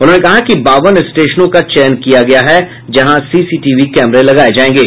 उन्होंने कहा कि बावन स्टेशनों का चयन किया गया है जहां सीसीटीवी कैमरे लगाये जायेंगे